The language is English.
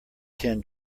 tin